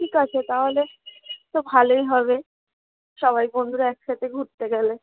ঠিক আছে তাহলে তো ভালোই হবে সবাই বন্ধুরা এক সাথে ঘুরতে গেলে